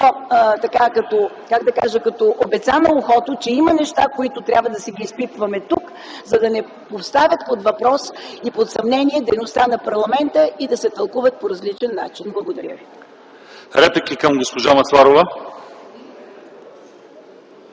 обица на ухото, че има неща, които трябва да изпипваме тук, за да не поставят под въпрос и под съмнение дейността на парламента и да се тълкуват по различен начин. Благодаря.